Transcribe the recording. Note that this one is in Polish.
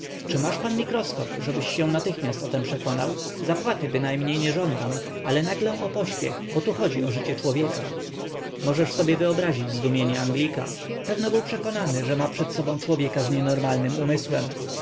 czy masz pan mikroskop żebyś się natychmiast o tem przekonał zapłaty bynajmniej nie żądam ale naglę o pośpiech bo tu chodzi o życie człowieka możesz sobie wyobrazić zdumienie anglika pewno był przekonany że ma przed sobą człowieka z nienormalnym umysłem